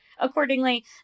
Accordingly